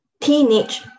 teenage